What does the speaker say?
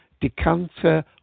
Decanter